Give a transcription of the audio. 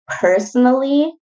personally